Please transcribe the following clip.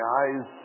eyes